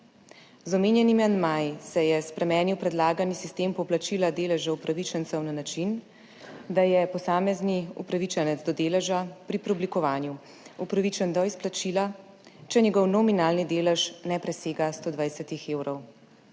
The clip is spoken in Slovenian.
Z omenjenimi amandmaji se je spremenil predlagani sistem poplačila deleža upravičencev na način, da je posamezni upravičenec do deleža pri preoblikovanju upravičen do izplačila, če njegov nominalni delež ne presega 120 evrov.